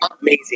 amazing